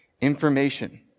information